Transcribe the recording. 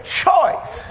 choice